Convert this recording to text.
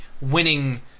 winning